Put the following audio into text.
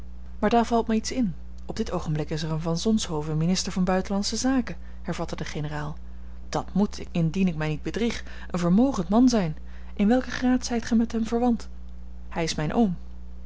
maar daar valt mij iets in op dit oogenblik is er een van zonshoven minister van buitenlandsche zaken hervatte de generaal dat moet indien ik mij niet bedrieg een vermogend man zijn in welken graad zijt ge met hem verwant hij is mijn oom